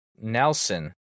Nelson